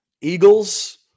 Eagles